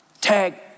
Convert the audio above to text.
Tag